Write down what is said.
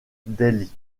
delhi